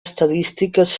estadístiques